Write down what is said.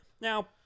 Now